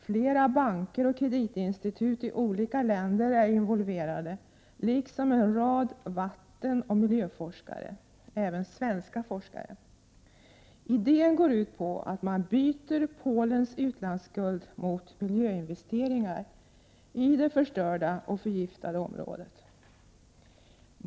Flera banker och kreditinstitut i olika länder är involverade liksom en rad vattenoch miljöforskare, även svenska forskare. Idén går ut på att man byter Polens utlandsskuld mot miljöinvesteringar i det förstörda och förgiftade området.